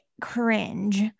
cringe